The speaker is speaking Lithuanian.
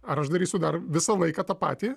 ar aš darysiu dar visą laiką tą patį